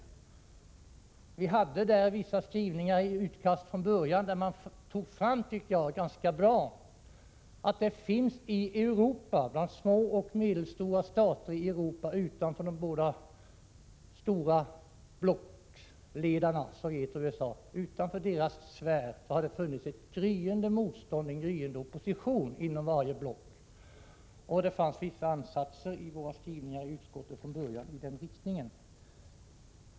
Från början hade utskottet vissa skrivningar i utkast som jag tyckte ganska bra tog fram att det bland små och medelstora stater i Europa utanför de båda stora blockledarnas sfärer har funnits ett gryende motstånd och opposition inom varje block. Från början fanns det vissa ansatser i den riktningen i utskottets skrivning.